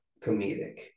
comedic